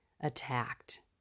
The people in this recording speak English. attacked